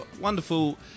wonderful